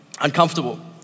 uncomfortable